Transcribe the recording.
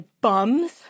bums